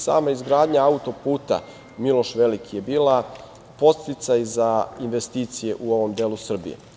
Sama izgradnja autoputa Miloš Veliki je bila podsticaj za investicije u ovom delu Srbije.